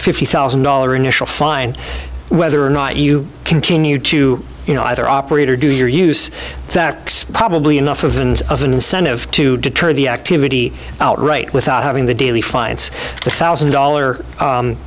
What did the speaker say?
fifty thousand dollar initial fine whether or not you continue to you know either operator do your use that probably enough of the of an incentive to deter the activity outright without having the daily finance a thousand dollar